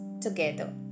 together